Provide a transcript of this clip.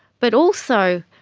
but also,